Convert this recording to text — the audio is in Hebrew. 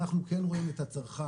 אנחנו כן רואים את הצרכן,